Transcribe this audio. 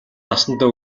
насандаа